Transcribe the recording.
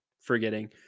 forgetting